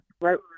Right